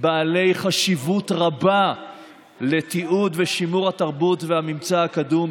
בעלי חשיבות רבה לתיעוד ושימור התרבות והממצא הקדום.